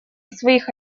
своих